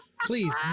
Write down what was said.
Please